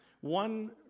one